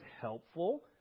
helpful